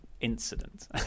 Incident